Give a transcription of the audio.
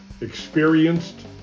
experienced